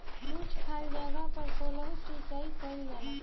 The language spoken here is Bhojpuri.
उच्च खाल जगह पर कोल्हू सिचाई कइल जाला